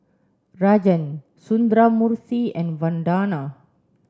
Rajan Sundramoorthy and Vandana